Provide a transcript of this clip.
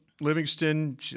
Livingston